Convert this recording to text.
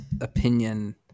opinion